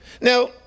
Now